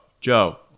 Joe